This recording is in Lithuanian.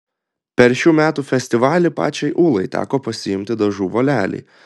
per šių metų festivalį pačiai ūlai teko pasiimti dažų volelį